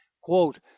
Quote